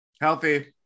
Healthy